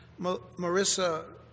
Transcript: Marissa